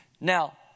Now